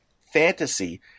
fantasy